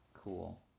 Cool